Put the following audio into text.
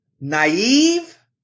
naive